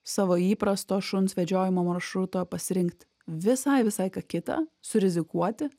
savo įprasto šuns vedžiojimo maršruto pasirinkt visai visai ką kitą surizikuoti